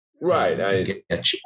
Right